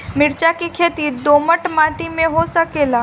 मिर्चा के खेती दोमट माटी में हो सकेला का?